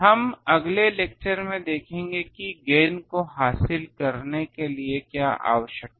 हम अगले लेक्चर में देखेंगे कि गेन को हासिल करने के लिए क्या आवश्यकताएं हैं